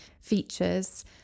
features